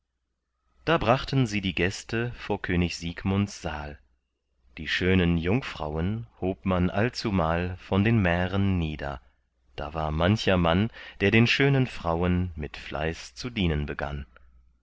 da brachten sie die gäste vor könig siegmunds saal die schönen jungfrauen hob man allzumal von den mähren nieder da war mancher mann der den schönen frauen mit fleiß zu dienen begann